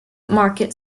market